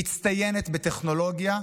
מצטיינת בטכנולוגיה,